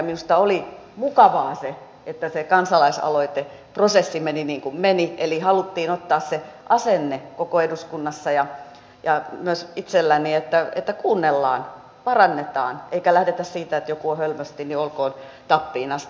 minusta oli mukavaa se että se kansalaisaloiteprosessi meni niin kuin meni eli haluttiin ottaa se asenne koko eduskunnassa ja myös itse halusin että kuunnellaan parannetaan eikä lähdetty siitä että jos joku on hölmösti niin olkoon tappiin asti